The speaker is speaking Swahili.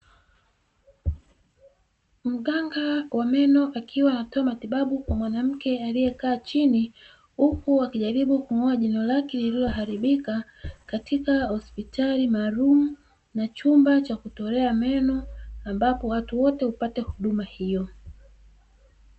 Mganga wa meno akiwa anatoa matibabu kwa mwanamke aliyekaa chini huku akijaribu kung'oa jino lake lililoharibika, katika hospitali maalumu na chumba cha kutolea meno ambapo watu wote hupata huduma hiyo.